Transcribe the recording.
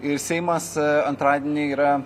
ir seimas antradienį yra